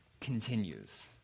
continues